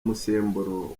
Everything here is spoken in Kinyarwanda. musemburo